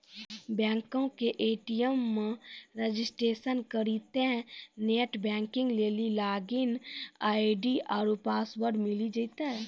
बैंको के ए.टी.एम मे रजिस्ट्रेशन करितेंह नेट बैंकिग लेली लागिन आई.डी आरु पासवर्ड मिली जैतै